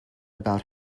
about